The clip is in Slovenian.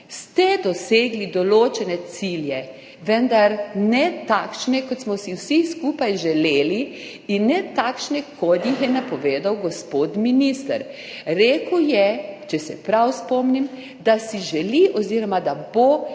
ste dosegli določene cilje, vendar ne takšnih, kot smo si vsi skupaj želeli, in ne takšnih, kot jih je napovedal gospod minister. Rekel je, če se prav spomnim, da si želi oziroma da se